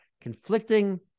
conflicting